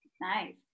Nice